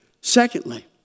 Secondly